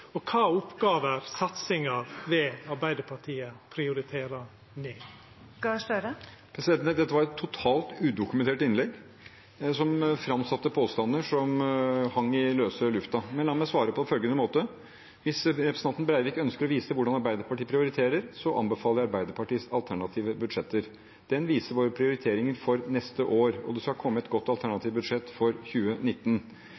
og kva oppgåver, satsingar, vil Arbeidarpartiet prioritera ned? Dette var et totalt udokumentert innlegg, som framsatte påstander som hang i løse lufta. Men la meg svare på følgende måte: Hvis representanten Breivik ønsker å vise til hvordan Arbeiderpartiet prioriterer, anbefaler jeg Arbeiderpartiets alternative budsjett. Det viser våre prioriteringer for neste år, og det skal komme et godt